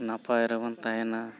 ᱱᱟᱯᱟᱭ ᱨᱮᱵᱚᱱ ᱛᱟᱦᱮᱱᱟ